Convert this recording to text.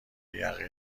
یقه